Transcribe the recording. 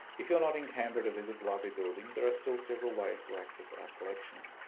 if you're not in canberra to visit the library building there are still several ways to access our collection.